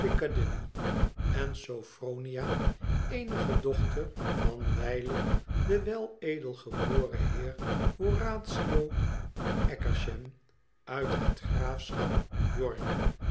en sophronia eenige dochter van wijlen den weledelgeboren heer horatio akershem uit het graafschap york